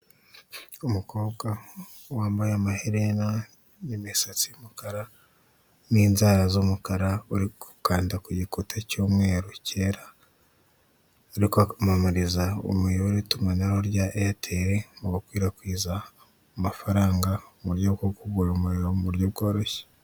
Umukobwa wambaye amaherena ni misatsi y'umukara n'inzara z'umukara uri gukanda ku gikuta cy'umweru cyera, uri kwamamariza umuyoboro w'itumanaho rya airtel mu gukwirakwiza amafaranga mu buryo bwo kugura umuriro mu buryo bworoshye.